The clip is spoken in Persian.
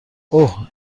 اوه